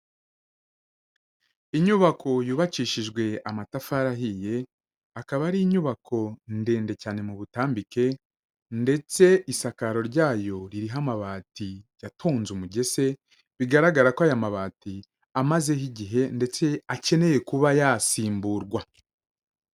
Inyubako yubakishijwe amatafari ahiye, akaba ari inyubako ndende cyane mu butambike ndetse isakaro ryayo ririho amabati yatonze umugese, bigaragara ko aya mabati amazeho igihe ndetse akeneye kuba yasimburwa.